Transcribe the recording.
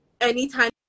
anytime